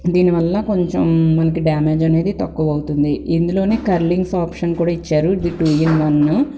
దీనివల్ల కొంచెం మనకి డ్యామేజ్ అనేది తక్కువ అవుతుంది ఇందులోనే కర్లింగ్స్ ఆప్షన్ కూడా ఇచ్చారు ఇది టూ ఇన్ వన్ను